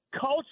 culture